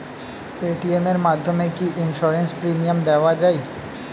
Paytm এর মাধ্যমে কি ইন্সুরেন্স প্রিমিয়াম দেওয়া যায়?